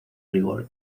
rigor